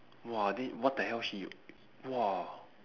!wah! then what the hell she !wah!